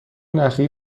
نخی